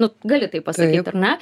nu gali tai pasakyt ar ne